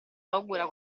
paura